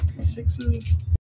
sixes